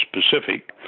specific